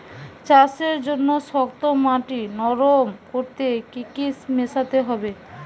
চাষের জন্য শক্ত মাটি নরম করতে কি কি মেশাতে হবে?